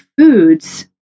foods